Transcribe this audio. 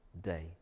day